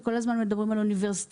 וכל הזמן מדברים על אוניברסיטאות.